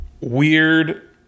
weird